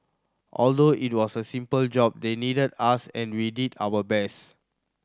although it was a simple job they needed us and we did our best